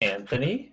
Anthony